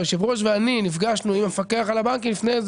יושב הראש ואני נפגשנו עם המפקח על הבנקים לפני,